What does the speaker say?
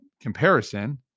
comparison